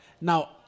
Now